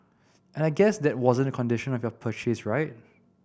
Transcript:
and I guess that wasn't the condition of your purchase right